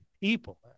people